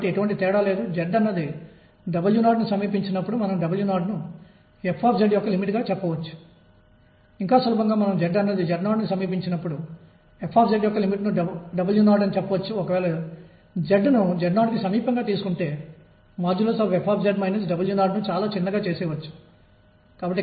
కాబట్టి v అనేది 0 potential energy స్థితిజ శక్తి అనేది సున్నా కణం యొక్క పొటెన్షియల్ ఎనర్జీ స్థితిజ శక్తి 0 అందువల్ల p అనేది2mE తప్ప మరొకటి కాదు